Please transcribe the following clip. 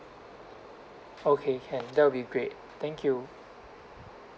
okay can that will be great thank you